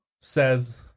says